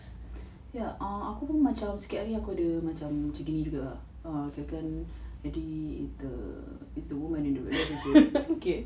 ya uh aku pun macam sikit hari aku ada macam gini juga ah kirakan he is the woman in the relationship